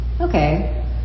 okay